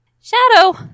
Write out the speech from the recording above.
Shadow